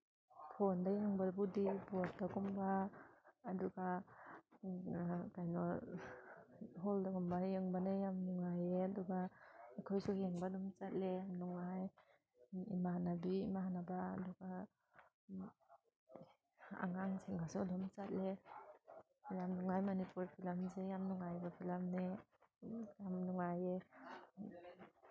ꯐꯣꯟꯗ ꯌꯦꯡꯕꯕꯨꯗꯤ ꯕꯣꯠꯇꯒꯨꯝꯕ ꯑꯗꯨꯒ ꯀꯩꯅꯣ ꯍꯣꯜꯗꯒꯨꯝꯕ ꯌꯦꯡꯕꯅ ꯌꯥꯝ ꯅꯨꯡꯉꯥꯏꯌꯦ ꯑꯗꯨꯒ ꯑꯩꯈꯣꯏꯁꯨ ꯌꯦꯡꯕ ꯑꯗꯨꯝ ꯆꯠꯂꯦ ꯅꯨꯡꯉꯥꯏ ꯏꯃꯥꯟꯅꯕꯤ ꯏꯃꯥꯟꯅꯕ ꯑꯗꯨꯒ ꯑꯉꯥꯡꯁꯤꯡꯒꯁꯨ ꯑꯗꯨꯝ ꯆꯠꯂꯦ ꯌꯥꯝ ꯅꯨꯡꯉꯥꯏ ꯃꯅꯤꯄꯨꯔ ꯐꯤꯂꯝꯁꯦ ꯌꯥꯝ ꯅꯨꯡꯉꯥꯏꯕ ꯐꯤꯂꯝꯅꯦ ꯌꯥꯝ ꯅꯨꯡꯉꯥꯏꯌꯦ